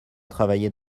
travailler